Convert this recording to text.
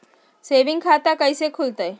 Saving खाता कैसे खुलतई?